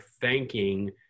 thanking